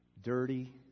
Dirty